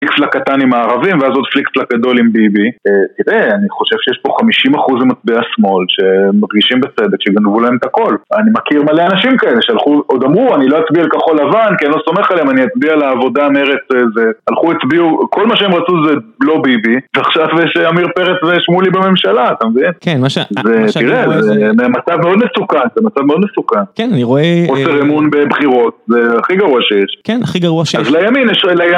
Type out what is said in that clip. פליק פלאק קטן עם הערבים, ואז עוד פליק פלאק גדול עם ביבי. תראה, אני חושב שיש פה 50% ממצביעי השמאל שמרגישים בצדק, שיגנבו להם את הקול. אני מכיר מלא אנשים כאלה שהלכו, עוד אמרו, אני לא אצביע לכחול לבן, כי אני לא סומך עליהם, אני אצביע לעבודה מרץ זה. הלכו הצביעו, כל מה שהם רצו זה לא ביבי, ועכשיו יש עמיר פרץ ושמולי בממשלה, אתה מבין? כן, מה שאני רואה זה... תראה, זה מצב מאוד מסוכן, זה מצב מאוד מסוכן. חוסר אמון בבחירות, זה הכי גרוע שיש. כן, הכי גרוע שיש.